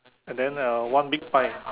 and then uh one big pie